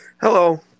Hello